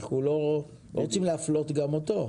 אנחנו לא רוצים להפלות גם אותו.